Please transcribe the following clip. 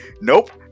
nope